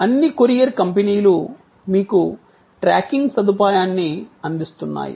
కాబట్టి అన్ని కొరియర్ కంపెనీలు మీకు ట్రాకింగ్ సదుపాయాన్ని అందిస్తున్నాయి